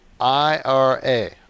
IRA